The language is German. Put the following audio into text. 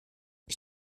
ich